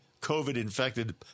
COVID-infected